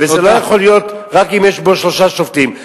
וזה לא יכול להיות רק אם יש בו שלושה שופטים.